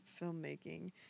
filmmaking